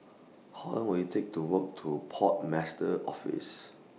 How Long Will IT Take to Walk to Port Master's Office